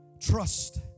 Trust